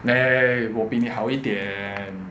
ya ya ya 我比你好一点